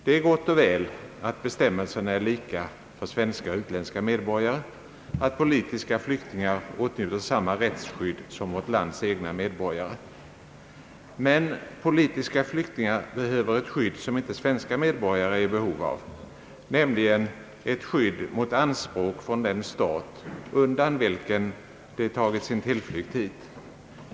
Det är gott och väl att bestämmelserna är lika för svenska och utländska medborgare, att politiska flyktingar åtnjuter samma rättsskydd som vårt lands egna medborgare. Men politiska flyktingar behöver ett skydd som svenska medborgare inte är i behov av, nämli gen ett skydd mot anspråk från den stat, undan vilken de tagit sin tillflykt hit.